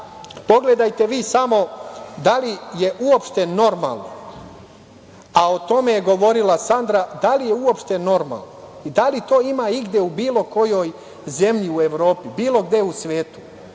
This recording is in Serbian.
javnost. Pogledajte samo da li je uopšte normalno, a o tome je govorila Sandra, da li je uopšte normalno i da li to ima igde u bilo kojoj zemlji u Evropi, bilo gde u svetu